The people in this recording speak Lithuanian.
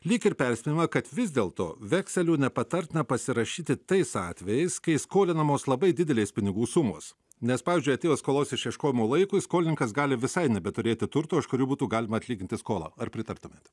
lyg ir perspėjama kad vis dėlto vekselių nepatartina pasirašyti tais atvejais kai skolinamos labai didelės pinigų sumos nes pavyzdžiui atėjus skolos išieškojimo laikui skolininkas gali visai nebeturėti turto už kurį būtų galima atlyginti skolą ar pritartumėt